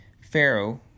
Pharaoh